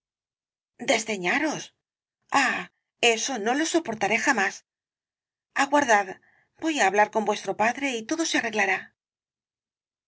desdeñaros ah eso no lo soportaré jamás aguardad voy á hablar con vuestro padre y todo se arreglará las